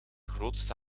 grootste